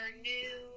new